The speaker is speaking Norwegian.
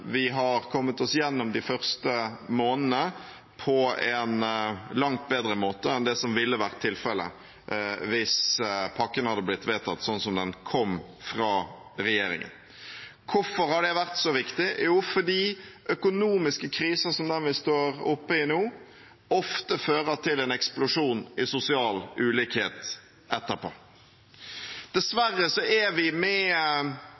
vi har kommet oss gjennom de første månedene på en langt bedre måte enn det som ville vært tilfellet hvis pakken hadde blitt vedtatt sånn som den kom fra regjeringen. Hvorfor har det vært så viktig? Jo, fordi økonomiske kriser som den vi står oppe i nå, ofte fører til en eksplosjon i sosial ulikhet etterpå. Dessverre er vi med